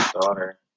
daughter